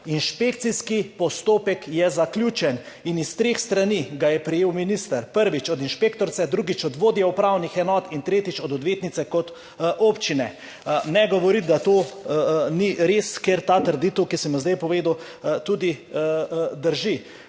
Inšpekcijski postopek je zaključen in minister ga je prejel s treh strani. Prvič od inšpektorice, drugič od vodje upravnih enot in tretjič od odvetnice kot občine. Ne govoriti, da to ni res, ker ta trditev, ki sem jo zdaj povedal, tudi drži.